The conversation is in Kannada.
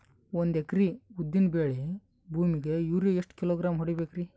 ಒಂದ್ ಎಕರಿ ಉದ್ದಿನ ಬೇಳಿ ಭೂಮಿಗ ಯೋರಿಯ ಎಷ್ಟ ಕಿಲೋಗ್ರಾಂ ಹೊಡೀಬೇಕ್ರಿ?